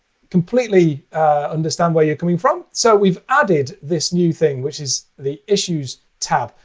completely understand where you're coming from. so we've added this new thing, which is the issues tab.